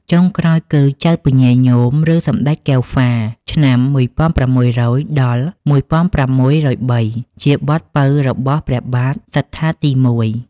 ចុងក្រោយគឺ ចៅពញាញោម ឬសម្ដេចកែវហ្វា (ឆ្នាំ ១៦០០-១៦០៣) ជាបុត្រពៅរបស់ព្រះបាទសត្ថាទី១។